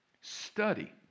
study